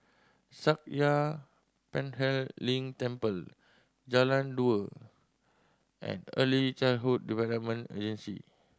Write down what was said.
Sakya Tenphel Ling Temple Jalan Dua and Early Childhood Development Agency